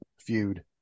feud